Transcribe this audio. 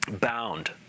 bound